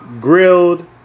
grilled